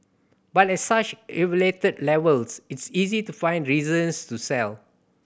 but at such elevated levels it's easy to find reasons to sell